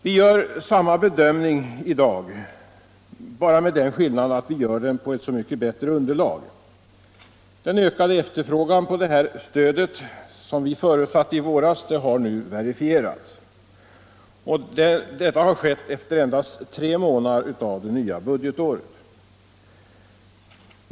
Vi gör samma bedömning i dag, bara med den skillnaden att vi gör den på ett så mycket bättre underlag. Den ökade efterfrågan på energisparstöd som vi förutsatte i våras har nu verifierats, och detta har skett efter endast tre månader av det nya budgetåret.